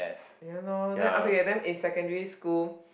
ya loh then after that then in secondary school